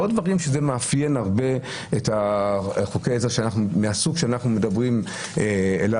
ועוד דברים שזה מאפיין הרבה את חוקי העזר מהסוג שאנחנו מדברים עליו,